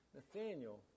Nathaniel